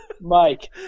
Mike